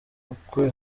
ukwe